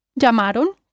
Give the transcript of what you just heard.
Llamaron